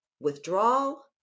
withdrawal